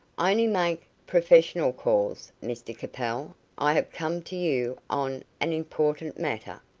i only make professional calls, mr capel, i have come to you on an important matter.